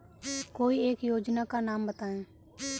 कोई एक योजना का नाम बताएँ?